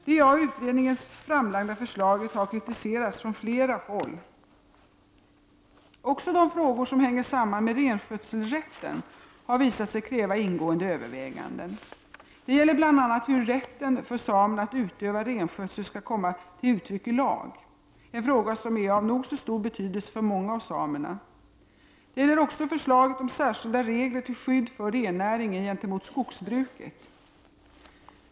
Det av utredningen framlagda förslaget har kritiserats från flera håll. De frågor som hänger samman med renskötselrätten har också visat sig kräva ingående överväganden. Det gäller bl.a. hur rätten för samerna att utöva renskötsel skall komma till uttryck i lag, en fråga som är av nog så stor betydelse för många av samerna. Det gäller också förslaget om särskilda regler till skydd för rennäringen gentemot skogsbruket.